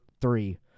three